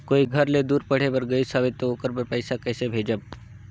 कोई घर ले दूर पढ़े बर गाईस हवे तो ओकर बर पइसा कइसे भेजब?